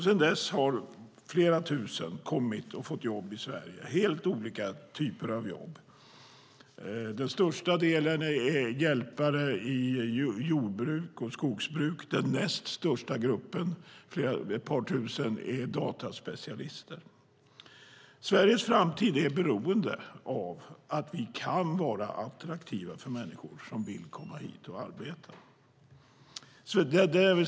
Sedan dess har flera tusen kommit hit och fått jobb i Sverige. Det är helt olika typer av jobb. Den största delen är hjälpare i jordbruk och skogsbruk. Den näst största gruppen, ett par tusen, är dataspecialister. Sveriges framtid är beroende av att vi kan vara attraktiva för människor som vill komma hit och arbeta.